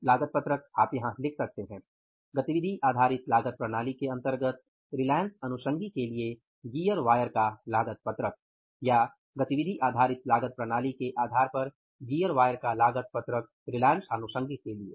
तो की लागत पत्रक आप यहाँ लिख सकते हैं गतिविधि आधारित लागत प्रणाली के अंतर्गत रिलायंस अनुषंगी के लिए गियर वायर का लागत पत्रक या गतिविधि आधारित लागत प्रणाली के आधार पर गियर वायर का लागत पत्रक रिलायंस आनुषंगीक के लिए